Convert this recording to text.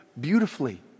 beautifully